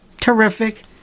Terrific